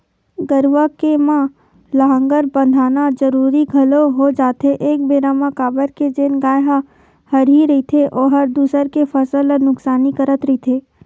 गरुवा के म लांहगर बंधाना जरुरी घलोक हो जाथे एक बेरा म काबर के जेन गाय ह हरही रहिथे ओहर दूसर के फसल ल नुकसानी करत रहिथे